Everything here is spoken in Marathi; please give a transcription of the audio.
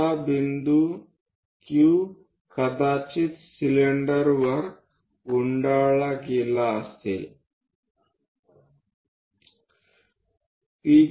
आता बिंदू Q कदाचित सिलिंडरवर गुंडाळला गेला असेल